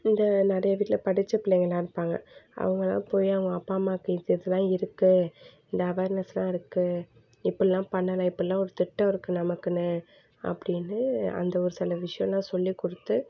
இந்த நிறையா வீட்டில படித்த பிள்ளைங்களாக இருப்பாங்கள் அவங்களாம் போய் அவங்க அப்பா அம்மாவுக்கு எது எதெலாம் இருக்குது இந்த அவேர்நெஸ்லாம் இருக்குது இப்போல்லாம் பண்ணலாம் இப்போல்லாம் ஒரு திட்டம் இருக்குது நமக்குன்னு அப்படின்னு அந்த ஒரு சில விஷயோல்லாம் சொல்லிக் கொடுத்து